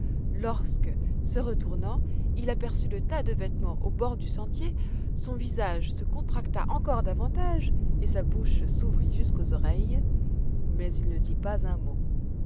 lorsque se retournant il aperçut le tas de vêtements au bord du sentier son visage se contracta encore davantage et sa bouche s'ouvrit jusqu'aux oreilles mais il ne dit pas un mot